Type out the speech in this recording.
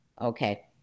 Okay